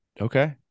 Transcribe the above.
Okay